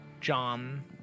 John